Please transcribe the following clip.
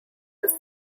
his